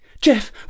Jeff